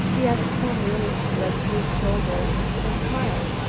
the eskimo merely shrugged his shoulders and smiled.